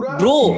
bro